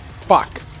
Fuck